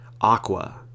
Aqua